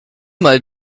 mal